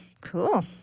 Cool